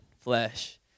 flesh